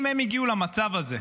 אם הם הגיעו למצב הזה,